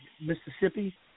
Mississippi